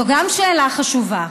גם זו שאלה חשובה.